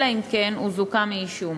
אלא אם כן הוא זוכה מאישום.